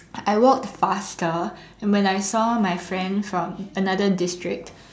I walked faster and when I saw my friend from another district